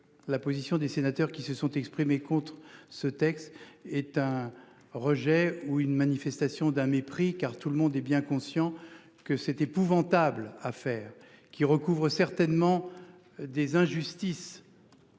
la position des sénateurs qui se sont exprimés contre ce texte est un rejet ou une manifestation d'un mépris car tout le monde est bien conscient que cette épouvantable affaire qui recouvre certainement des injustices.